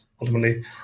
ultimately